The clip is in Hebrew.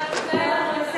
לא נכון.